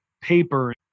paper